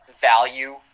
value